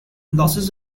losses